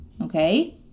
Okay